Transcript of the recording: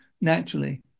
naturally